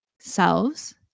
selves